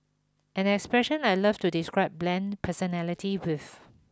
an expression I love to describe bland personality with